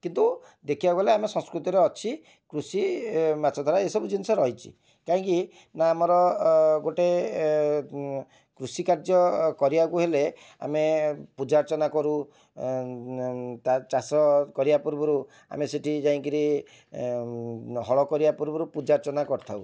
କିନ୍ତୁ ଦେଖିବାକୁ ଗଲେ ଆମ ସଂସ୍କୃତିରେ ଅଛି କୃଷି ମାଛଧରା ଏସବୁ ଜିନିଷ ରହିଛି କାହିଁକି ନା ଆମର ଗୋଟେ କୃଷି କାର୍ଯ୍ୟ କରିବାକୁ ହେଲେ ଆମେ ପୂଜାର୍ଚ୍ଚନା କରୁ ତା' ଚାଷ କରିବା ପୂର୍ବରୁ ଆମେ ସେଠି ଯାଇ କରି ହଳ କରିବା ପୂର୍ବରୁ ପୂଜାର୍ଚ୍ଚନା କରିଥାଉ